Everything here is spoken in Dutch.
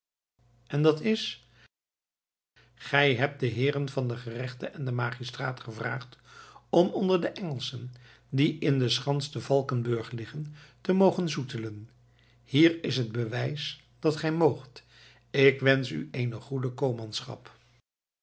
en dat is gij hebt de heeren van de gerechte en den magistraat gevraagd om onder de engelschen die in de schans te valkenburg liggen te mogen zoetelen hier is het bewijs dat gij moogt ik wensch u eene goede